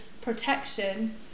protection